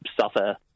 suffer